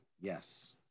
Yes